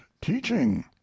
teaching